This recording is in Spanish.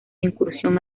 incursión